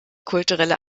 kulturelle